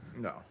No